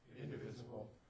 indivisible